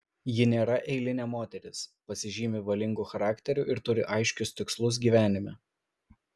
ji nėra eilinė moteris pasižymi valingu charakteriu ir turi aiškius tikslus gyvenime